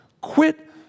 Quit